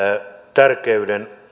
tärkeyden